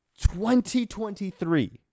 2023